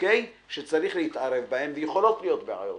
שצריך להתערב בהן, ויכולות להיות בעיות.